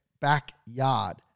backyard